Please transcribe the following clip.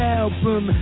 album